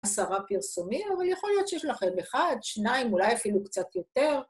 ‫עשרה פרסומים, אבל יכול להיות ‫שיש לכם אחד, שניים, ‫אולי אפילו קצת יותר.